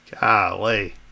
Golly